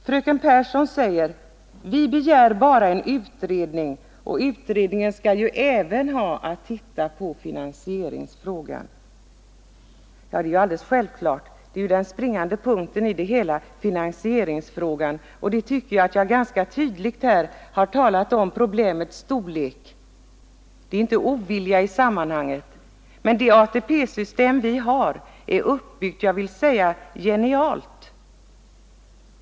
Fröken Pehrsson säger: Vi begär bara en utredning och utredningen skall ju även ha till uppgift att titta på finansieringsfrågan. Ja, det är självklart, för den springande punkten i det hela är just finansieringsfrågan. Jag tycker att jag här ganska tydligt talat om problemets storlek. Det är inte någon ovilja mot hemarbetande med i sammanhanget. Men det ATP-system vi har är genialt uppbyggt.